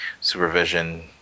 supervision